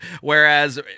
Whereas